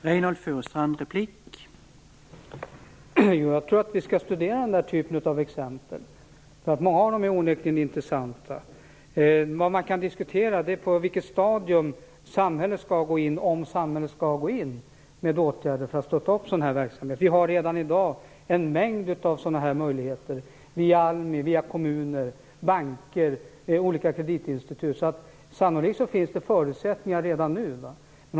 Herr talman! Jag tror att vi skall studera den här sortens exempel. Många av dem är onekligen intressanta. Man kan diskutera på vilket stadium samhället skall gå in - om man skall gå in - med åtgärder för att stötta en sådan verksamhet. Vi har redan i dag en mängd möjligheter via ALMI, kommuner, banker och olika kreditinstitut. Sannolikt finns det förutsättningar redan nu.